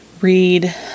read